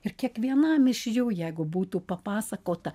ir kiekvienam iš jų jeigu būtų papasakota